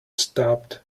stopped